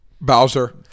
Bowser